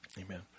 Amen